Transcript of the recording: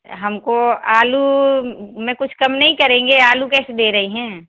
हमको आलू में कुछ कम नहीं करेंगे आलू कैसे दे रही हैं